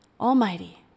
Almighty